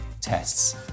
tests